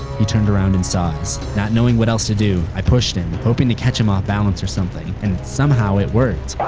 he turned around and saw us. not knowing what else to do, i pushed him, hoping to catch him off balance or something, and somehow it worked!